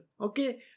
okay